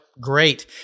Great